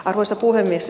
arvoisa puhemies